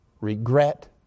regret